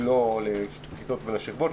אם לא לכיתות ולשכבות,